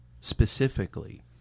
specifically